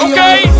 Okay